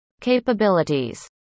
capabilities